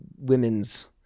women's